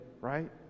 right